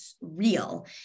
real